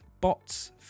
bots